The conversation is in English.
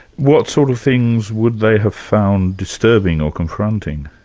what sort of things would they have found disturbing or confronting?